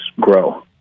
grow